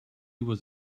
was